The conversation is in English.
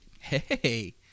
Hey